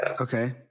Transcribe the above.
Okay